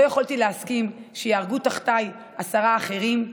לא יכולתי להסכים שיהרגו תחתיי עשרה אחרים.